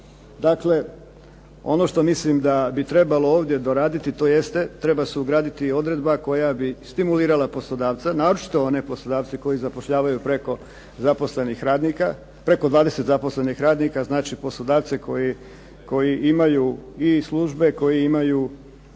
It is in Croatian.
Dakle, ono što mislim da bi trebalo ovdje doraditi, tj. treba se ugraditi odredba koja bi stimulirala poslodavca. Naročito one poslodavce koji zapošljavaju preko zaposlenih radnika, preko 20 zaposlenih radnika, znači poslodavce koji imaju i službe, koji imaju